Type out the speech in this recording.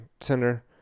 center